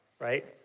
right